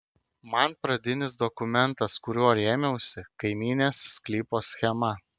man pradinis dokumentas kuriuo rėmiausi kaimynės sklypo schema